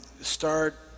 start